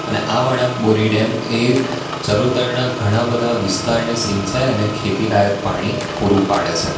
અને આ વણાંકબોરી ડેમ એ ચરોતરના ઘણા બધા વિસ્તારને સિંચાઈ અને ખેતી લાયક પાણી પુરૂં પાડે છે